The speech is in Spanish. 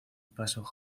paso